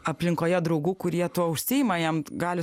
aplinkoje draugų kurie tuo užsiima jam gali